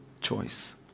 choice